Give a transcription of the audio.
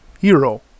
hero